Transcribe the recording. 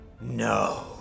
no